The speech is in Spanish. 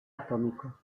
atómico